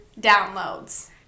downloads